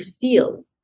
feel